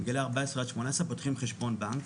מגיל 14 עד 18 פותחים חשבון בנק.